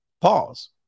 Pause